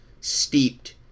steeped